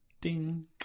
Ding